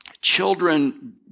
Children